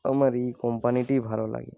আমার এই কোম্পানিটি ভালো লাগে